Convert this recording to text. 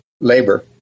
labor